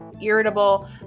irritable